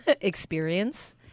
experience